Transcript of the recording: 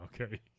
okay